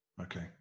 Okay